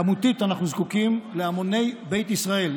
כמותית אנחנו זקוקים להמוני בית ישראל,